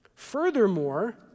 Furthermore